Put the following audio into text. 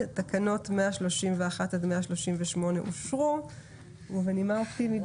הצבעה אושר תקנות 131 עד 138 אושרו פה אחד.